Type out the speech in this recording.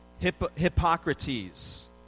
Hippocrates